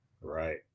right